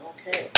Okay